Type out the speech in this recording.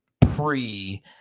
pre